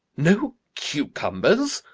no cucumbers!